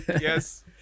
yes